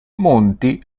monti